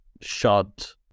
shot